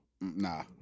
Nah